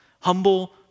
humble